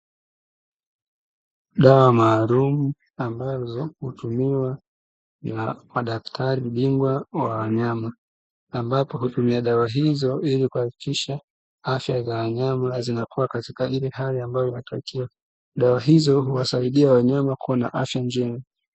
Dawa maalumu ambazo hutumiwa na madaktari bingwa wa wanyama, ambapo hutumia dawa hizo ili kuahakikisha afya za wanyama zinakua katika ile hali ambayo inatakiwa. Dawa hizo huwasaidia wanyama kuwa na afya njema.